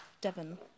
Devon